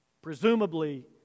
Presumably